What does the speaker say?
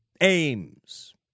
aims